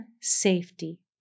safety